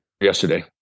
yesterday